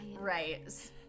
Right